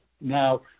now